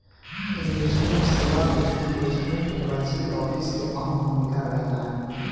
investment सेवा में investment advisory officer के अहम भूमिका रहेला